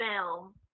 film